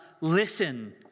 listen